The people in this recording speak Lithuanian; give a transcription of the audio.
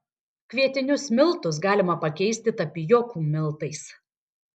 kvietinius miltus galima pakeisti tapijokų miltais